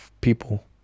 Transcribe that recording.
people